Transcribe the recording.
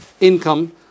income